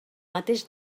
mateix